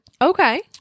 Okay